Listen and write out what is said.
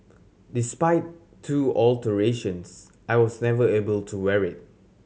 despite two alterations I was never able to wear it